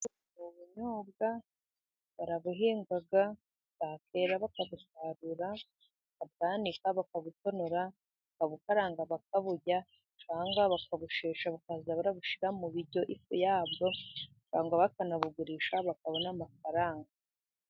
Ubunyobwa barabuhinga， bwakwera bakabusarura， bakabwanika， bakabutonora， bakabukaranga bakaburya，cyangwa bakabushesha bakajya barabushyira mu biryo ifu yabwo， cyangwa bakanabugurisha，bakabona amafaranga.